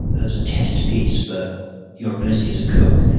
as a test piece for your ability as a cook,